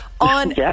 on